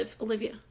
Olivia